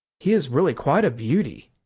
he is really quite a beauty,